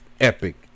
epic